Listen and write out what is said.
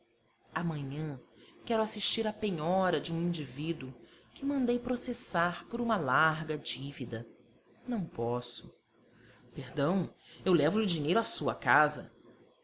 amanhã amanhã quero assistir à penhora de um indivíduo que mandei processar por uma larga dívida não posso perdão eu levo lhe o dinheiro à sua casa